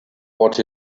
what